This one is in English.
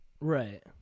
Right